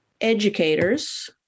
educators